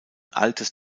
altes